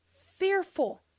fearful